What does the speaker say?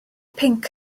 pinc